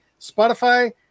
Spotify